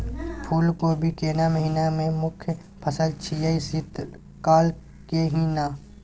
फुल कोबी केना महिना के मुखय फसल छियै शीत काल के ही न?